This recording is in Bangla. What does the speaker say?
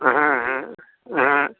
হ্যাঁ হ্যাঁ হ্যাঁ